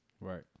Right